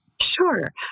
Sure